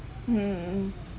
mm